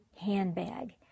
handbag